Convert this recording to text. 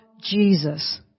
Jesus